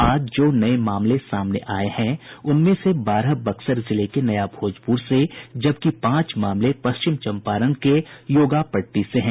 आज जो नये मामले सामने आये हैं उनमें से बारह बक्सर जिले के नया भोजपुर से जबकि पांच मामले पश्चिमी चंपारण के योगापट्टी से हैं